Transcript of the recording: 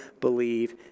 believe